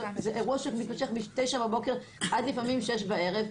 זה אירוע שמתמשך מתשע בבוקר עד לפעמים שש בערב,